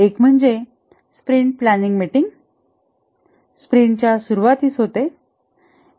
एक म्हणजे sprint planning meeting स्प्रिंटच्या सुरूवातीस होते